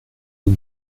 nos